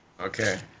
Okay